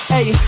Hey